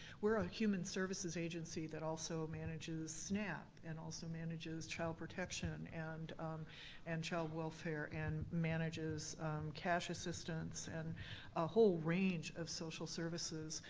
we're a human services agency that also manages snap and also manages child protection and um and child welfare and manages cash assistance and a whole range of social services.